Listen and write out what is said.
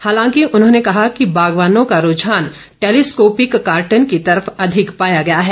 हालांकि उन्होंने कहा कि बागवानों का रूझान टैलीस्कोपिक कार्टन की तरफ अधिक पाया गया है